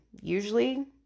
usually